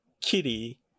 kitty